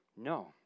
No